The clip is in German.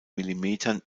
millimetern